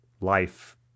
life